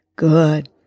Good